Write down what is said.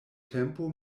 tempo